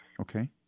Okay